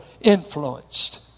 influenced